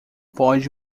pode